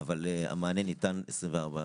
זאת שאלה.